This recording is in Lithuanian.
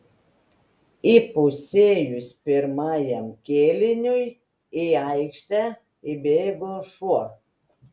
įpusėjus pirmajam kėliniui į aikštę įbėgo šuo